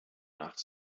nach